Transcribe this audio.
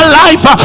life